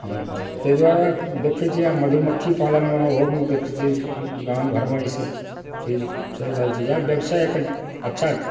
तैंँ दुआरे देखै छियै आ मधुमक्खी पालन ओहोमे दखै छियै गाम घरमे ई सब चीज चलि रहल छै इएह व्यवसाय अखन अच्छा